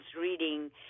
reading